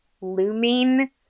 looming